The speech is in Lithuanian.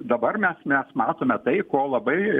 dabar mes mes matome tai ko labai